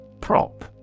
Prop